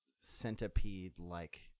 centipede-like